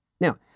now